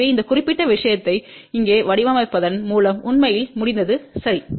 எனவே இந்த குறிப்பிட்ட விஷயத்தை இங்கே வடிவமைப்பதன் மூலம் உண்மையில் முடிந்தது சரி